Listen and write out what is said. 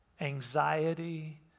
anxiety